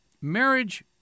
marriage